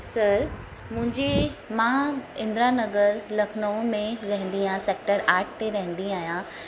sir मुंहिंजे मां इंदिरा नगर लखनऊ में रहंदी आहे सैक्टर आठ ते रहंदी आहियां